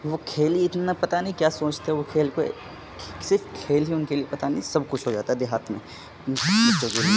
وہ کھیل ہی اتنا پتا نہیں کیا سوچتے وہ کھیل کو صرف کھیل ہی ان کے لیے پتا نہیں سب کچھ ہو جاتا دیہات میں